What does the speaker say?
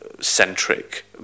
centric